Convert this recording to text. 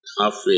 halfway